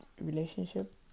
relationship